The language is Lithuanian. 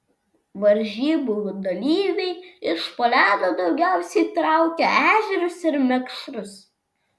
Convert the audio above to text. varžybų dalyviai iš po ledo daugiausiai traukė ešerius ir mekšrus